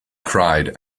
cried